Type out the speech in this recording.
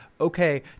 okay